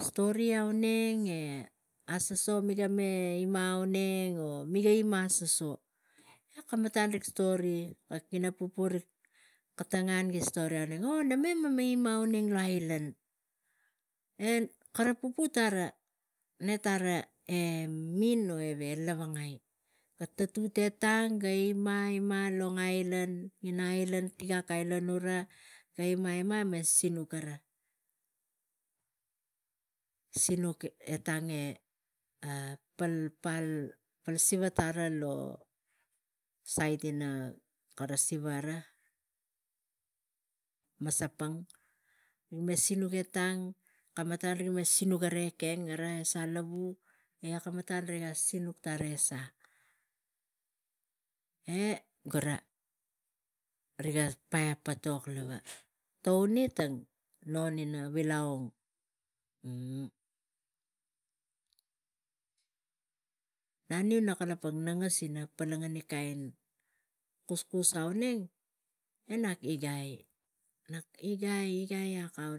Stori auneng e asaso e miga ima auneng o mi ga inma asaso. E kamatan rik stori oti ara pupu katangan gi sotri auneng nanem mo ima lo ailan e kara pupu ne tara e kavin o lovongai. Ga tatuk etang e ima, ima lo ina ailan, tigak ailan gura ga ima, ima e tuk gara sinuk etang palpal siva tara lo sait ina siva ara, masapang ima me sinuk ang kamatan me sinuk gara ekeng gara e salavu ne kamatan riga minang tara esa e gura riga pas potok lava toini tang non vila ong. Naniu nak kalapang nasi meng i polongani kain kuskus auneng e nak igai, nak igai e akau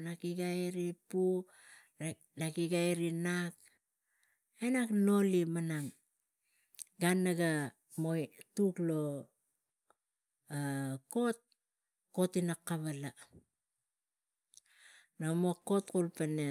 ri pu, nak igei ri e nak noli gan naga mo tuk lo a kot, kot ina kavala, na mo kot kula na